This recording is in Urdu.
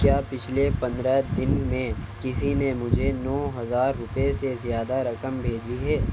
کیا پچھلے پندرہ دن میں کسی نے مجھے نو ہزار روپئے سے زیادہ رکم بھیجی ہے